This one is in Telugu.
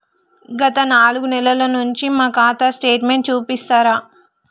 గత నాలుగు నెలల నుంచి నా ఖాతా స్టేట్మెంట్ చూపిస్తరా?